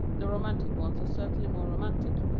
the romantic ones are certainly more romantic,